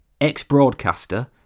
ex-broadcaster